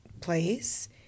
place